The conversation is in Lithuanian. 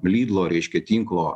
lidlo reiškia tinklo